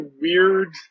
weird